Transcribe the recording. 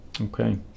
Okay